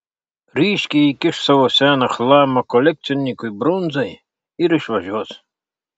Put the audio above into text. ryškiai įkiš savo seną chlamą kolekcininkui brunzai ir išvažiuos